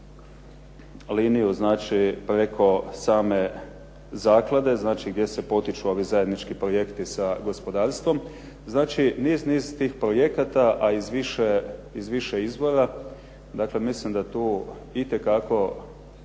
liniju znači preko same zaklade gdje se potiču ovi zajednički projekti sa gospodarstvom. Znači niz, niz tih projekata a iz više izvora. Dakle, mislim da tu je itekako